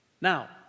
Now